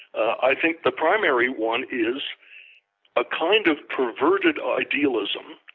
i think the primary one is a kind of perverted idealism,